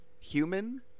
Human